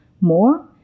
more